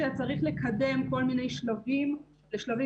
אצלכם גם חלק מהפתרונות שהם אפשריים אינם